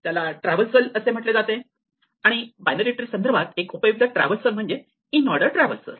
त्याला ट्रॅव्हल्सल असे म्हटले जाते आणि बायनरी सर्च ट्री संदर्भात एक उपयुक्त ट्रॅव्हल्सल म्हणजे इनऑर्डर ट्रॅव्हल्सल